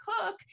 cook